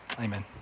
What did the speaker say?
amen